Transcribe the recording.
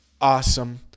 awesome